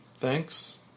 Thanks